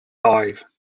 five